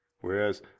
Whereas